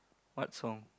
what song